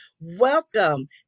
Welcome